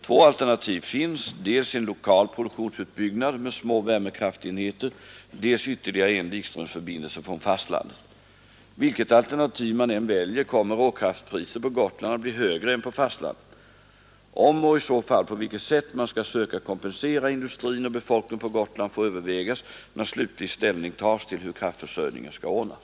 Två alternativ finns, dels en lokal produktionsutbyggnad med små värmekraftenheter, dels ytterligare en likströmsförbindelse från fastlandet. Vilket alternativ man än väljer kommer råkraftpriset på Gotland att bli högre än på fastlandet. Om och i så fall på vilket sätt man skall söka kompensera industrin och befolkningen på Gotland får övervägas när slutlig ställning tas till hur kraftförsörjningen skall ordnas.